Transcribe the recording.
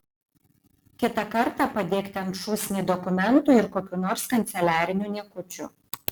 kitą kartą padėk ten šūsnį dokumentų ir kokių nors kanceliarinių niekučių